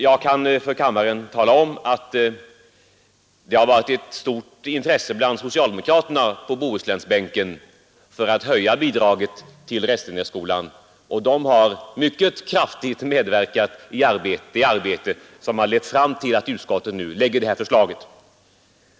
Jag kan emellertid för kammarens ledamöter tala om att det bland socialdemokraterna på Bohuslänsbänken har funnits ett stort intresse för att höja bidraget till Restenässkolan, och de har mycket kraftigt medverkat i det arbete som nu har lett fram till att utskottet har lagt fram detta förslag.